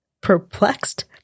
perplexed